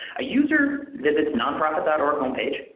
ah user visits nonprofit dot org home page,